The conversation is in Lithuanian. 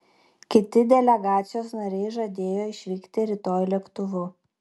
kiti delegacijos nariai žadėjo išvykti rytoj lėktuvu